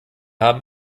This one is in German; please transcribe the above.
haben